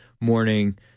morning